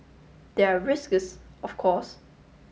there are risks of course